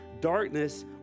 Darkness